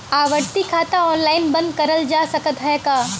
आवर्ती खाता ऑनलाइन बन्द करल जा सकत ह का?